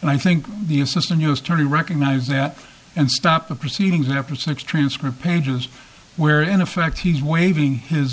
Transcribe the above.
and i think the assistant u s attorney recognize that and stop the proceedings and after six transcript pages where in effect he's waving his